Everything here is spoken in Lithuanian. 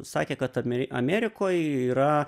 sakė kad ame amerikoj yra